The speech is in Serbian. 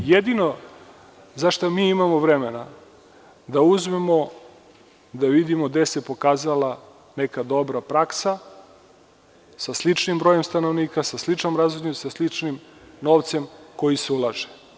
Jedino za šta mi imamo vremena da uzmemo, da vidimo gde se pokazala neka dobra praksa sa sličnim brojem stanovnika, sa sličnim razvojem, sa sličnim novcem koji se ulaže.